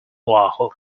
oahu